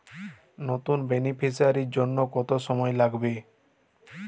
নতুন বেনিফিসিয়ারি জন্য কত সময় লাগবে?